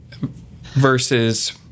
versus